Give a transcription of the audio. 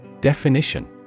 Definition